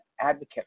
Advocate